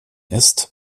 ist